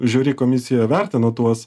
žiuri komisija vertino tuos